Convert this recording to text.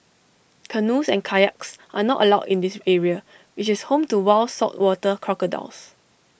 canoes and kayaks are not allowed in the area which is home to wild saltwater crocodiles